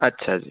ਅੱਛਾ ਜੀ